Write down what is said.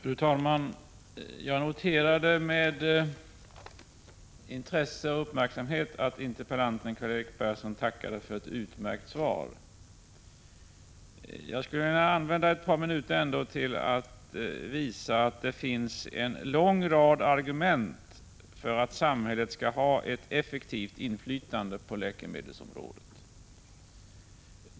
Fru talman! Jag noterade med intresse och uppmärksamhet att interpellanten Karl-Erik Persson tackade för ett utmärkt svar. Jag skulle vilja använda ett par minuter till att visa att det ändå finns en lång rad argument för att samhället skall ha ett effektivt inflytande på läkemedelsområdet.